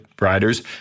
riders